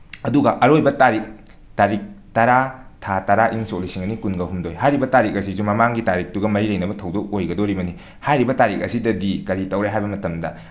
ꯑꯗꯨꯒ ꯑꯔꯣꯏꯕ ꯇꯥꯔꯤꯛ ꯇꯥꯔꯤꯛ ꯇꯔꯥ ꯊꯥ ꯇꯔꯥ ꯏꯪ ꯁꯣꯛ ꯂꯤꯁꯤꯡ ꯑꯅꯤꯀꯨꯟꯒꯍꯨꯝꯗꯣꯏ ꯍꯥꯏꯔꯤꯕ ꯇꯥꯔꯤꯀ ꯑꯁꯤꯁꯨ ꯃꯃꯥꯡꯒꯤ ꯇꯥꯔꯤꯛꯇꯨꯒ ꯃꯔꯤ ꯂꯩꯅꯕ ꯊꯧꯗꯣꯛ ꯑꯣꯏꯒꯗꯣꯔꯤꯕꯅꯤ ꯍꯥꯏꯔꯤꯕ ꯇꯥꯔꯤꯛ ꯑꯁꯤꯗꯗꯤ ꯀꯔꯤ ꯇꯧꯔꯦ ꯍꯥꯏꯕ ꯃꯇꯝꯗ